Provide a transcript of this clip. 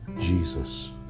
Jesus